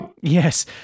Yes